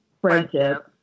friendship